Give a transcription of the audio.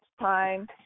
time